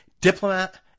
diplomat